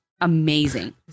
amazing